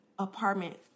apartment